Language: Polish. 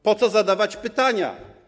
Po co zadawać pytania?